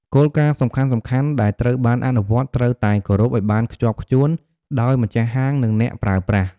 គោលការណ៍សំខាន់ៗ ដែលត្រូវបានអនុវត្ត ត្រូវតែ គោរពឱ្យបានខ្ជាប់ខ្ជួន ដោយ ម្ចាស់ហាង និង អ្នកប្រើប្រាស់។